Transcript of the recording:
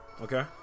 Okay